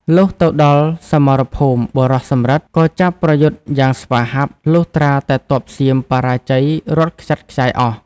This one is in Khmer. លុះទៅដល់សមរភូមិ បុរសសំរិទ្ធ ក៏ចាប់ប្រយុទ្ធយ៉ាងស្វាហាប់ លុះត្រាតែទ័ពសៀមបរាជ័យរត់ខ្ចាត់ខ្ចាយអស់ ។